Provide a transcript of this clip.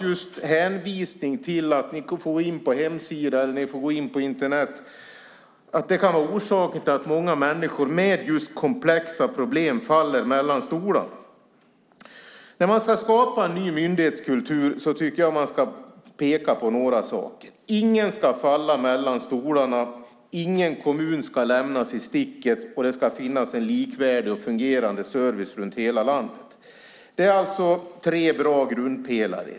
Just hänvisningen till hemsidor eller Internet kan vara orsaken till att många människor med komplexa problem faller mellan stolarna. När en ny myndighetskultur ska skapas tycker jag att man ska peka på några saker: Ingen ska falla mellan stolarna. Ingen kommun ska lämnas i sticket. Det ska finnas en likvärdig och fungerande service runt om i hela landet. Det här är tre bra grundpelare.